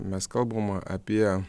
mes kalbam apie